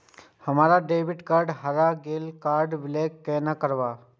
हमर debit card हरा गेल ये कार्ड ब्लॉक केना करब?